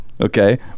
okay